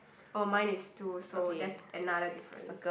oh mine is tools so that's another difference